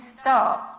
start